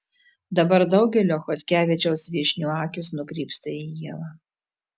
dabar daugelio chodkevičiaus viešnių akys nukrypsta į ievą